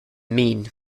mean